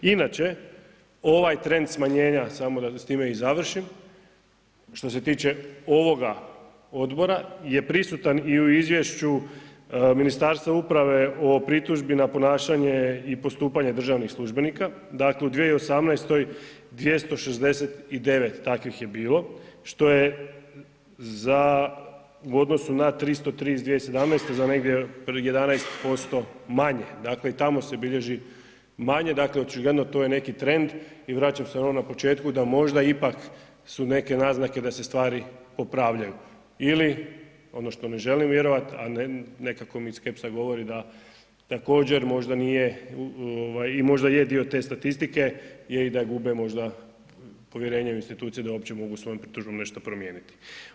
Inače, ovaj tren smanjenja samo da s time i završim, što se tiče ovoga odbora je prisutan i u izvješću Ministarstva uprave o pritužbi na ponašanje i postupanje državnih službenika, dakle u 2018. 269 takvih je bilo, što je za ud odnosu na 303 iz 2017., za negdje otprilike 11% manje, dakle i tamo se bilježi, dakle očigledno to je neki trend i vraćam se onom na početku da možda ipak su neke naznake da se stvari popravljaju ili ono što ne želim vjerovati a nekako mi skepsa govori da također možda nije i možda je dio te statistike je i da gube možda povjerenje u institucije da uopće mogu svojom pritužbom nešto promijeniti.